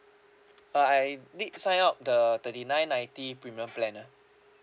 I did sign up the thirty nine ninety premium plan ah